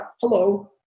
hello